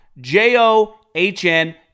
J-O-H-N